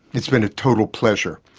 it's been a total pleasure.